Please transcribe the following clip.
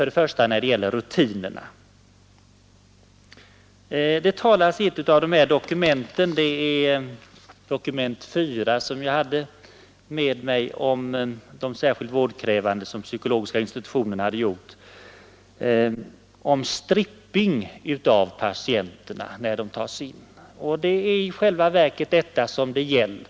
Det gäller för det första rutinerna vid bl.a. intagningen. I ett av de dokument jag åberopade i mitt tidigare anförande, del IV om de särskilt vårdkrävande som psykologiska institutionen vid Stockholms universitet har gjort, talas det om stripping av patienter när de tas in.